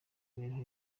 mibereho